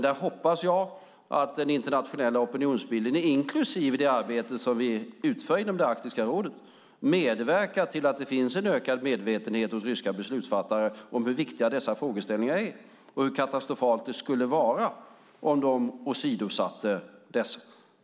Där hoppas jag att den internationella opinionsbildningen, inklusive det arbete som vi utför i Arktiska rådet, medverkar till en ökad medvetenhet hos ryska beslutsfattare om hur viktiga dessa frågeställningar är och hur katastrofalt det skulle vara om de åsidosatte dem.